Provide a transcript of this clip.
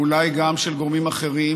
ואולי גם של גורמים אחרים,